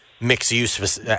mixed-use